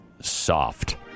Soft